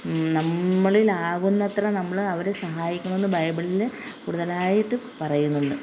നമ്മളിൽ ആകുന്നത്ര നമ്മൾ അവരെ സഹായിക്കണമെന്ന് ബൈബിളിൽ കൂടുതലായിട്ട് പറയുന്നുണ്ട്